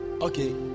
Okay